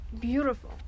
beautiful